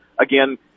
again